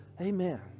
Amen